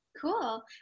cool